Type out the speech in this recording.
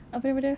apa benda